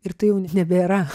ir tai jau nebėra